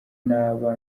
naba